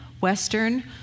Western